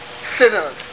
sinners